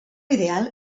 ideal